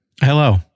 Hello